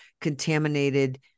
contaminated